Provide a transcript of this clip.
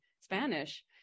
Spanish